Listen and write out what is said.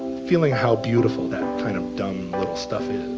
feeling how beautiful that kind of dumb little stuff is.